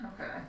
Okay